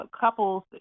couples